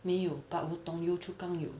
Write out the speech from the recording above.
没有 but 我懂 yio chu kang 有